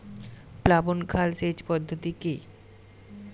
প্লাবন খাল সেচ পদ্ধতি কি?